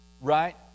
right